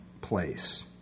place